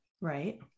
Right